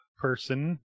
person